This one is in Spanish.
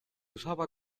usaba